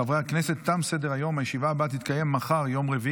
חברי הכנסת, הנושא הבא על סדר-היום: